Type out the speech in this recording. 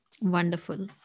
Wonderful